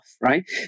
right